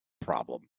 problem